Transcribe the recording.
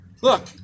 Look